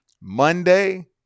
Monday